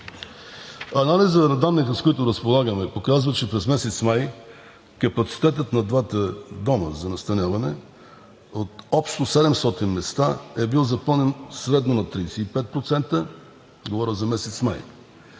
Анализът на данните, с които разполагаме, показват, че през месец май капацитетът на двата дома за настаняване от общо 700 места е бил запълнен средно на 35% – говоря за месец май,